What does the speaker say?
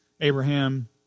Abraham